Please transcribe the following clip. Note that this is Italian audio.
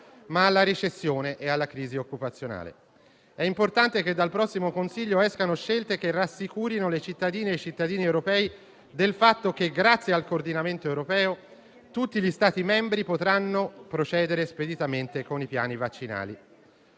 alla recessione e alla crisi occupazionale. È importante che dal prossimo Consiglio escano scelte che rassicurino le cittadine e i cittadini europei del fatto che, grazie al coordinamento europeo, tutti gli Stati membri potranno procedere speditamente con i piani vaccinali.